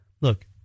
look